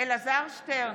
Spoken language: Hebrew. אלעזר שטרן,